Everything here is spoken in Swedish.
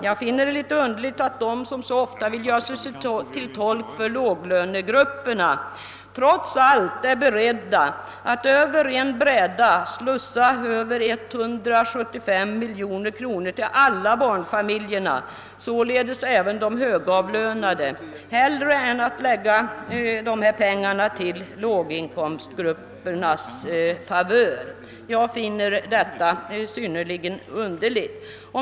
Jag finner det synnerligen underligt att kommunisterna, som så ofta vill göra sig till tolk för låglönegrupperna, trots allt är beredda att över ett bräde bevilja mer än 175 miljoner kronor till alla barnfamiljer, således även de högavlönade, hellre än att lägga dessa pengar till låginkomstgruppernas favör.